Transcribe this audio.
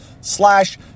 slash